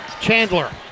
Chandler